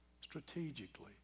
strategically